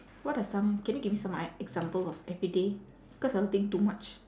what are some can you give me some i~ example of everyday cause I will think too much